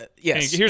yes